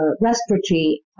Respiratory